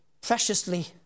preciously